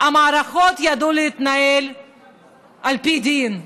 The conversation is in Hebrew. המערכות ידעו להתנהל על פי דין.